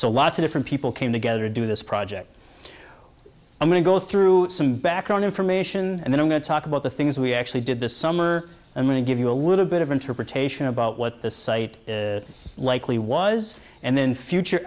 so lots of different people came together to do this project i'm going to go through some background information and then i'm going to talk about the things we actually did this summer i'm going to give you a little bit of interpretation about what the site likely was and then future